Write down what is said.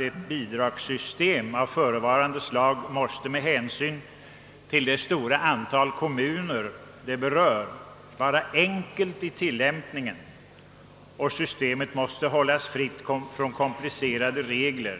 ett bidragssystem av förevarande slag med hänsyn till det stora antal kommuner det berör måste vara enkelt i tillämpningen och hållas fritt från komplicerade regler.